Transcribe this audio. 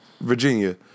Virginia